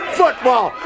football